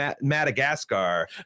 madagascar